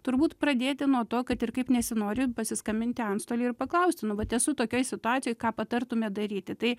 turbūt pradėti nuo to kad ir kaip nesinori pasiskambinti antstoliui ir paklausti nu vat esu tokioj situacijoj ką patartumėt daryti tai